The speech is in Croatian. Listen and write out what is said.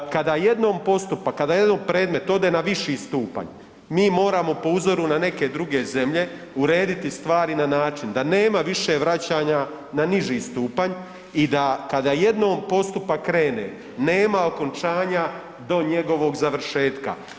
Kada jednom postupak, kada jednom predmet ode na viši stupanj mi moramo po uzoru na neke druge zemlje urediti stvari na način da nema više vraćanja na niži stupanj i da kada jednom postupak krene nema okončanja do njegovog završetka.